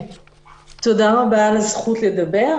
תודה רבה על הזכות לדבר.